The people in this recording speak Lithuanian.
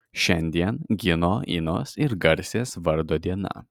šiandien gino inos ir garsės vardo diena